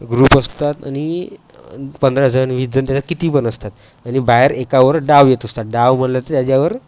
group असतात आणि पंधराजण वीसजण त्याच्या किती पण असतात आणि बाहेर एकावर डाव येत असतात डाव म्हणलं तर त्याच्यावर